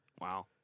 Wow